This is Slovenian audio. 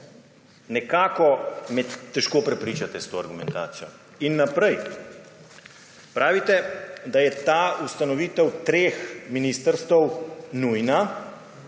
Nekako me težko prepričate s to argumentacijo. In naprej. Pravite, da je ustanovitev teh treh ministrstev nujna,